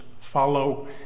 follow